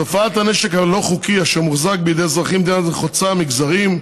תופעת הנשק הלא-חוקי אשר מוחזק בידי אזרחים חוצה מגזרים,